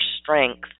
strength